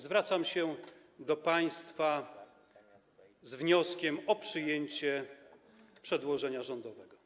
Zwracam się do państwa z wnioskiem o przyjęcie przedłożenia rządowego.